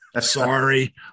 sorry